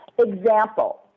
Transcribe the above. Example